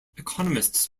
economists